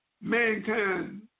Mankind